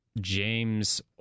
James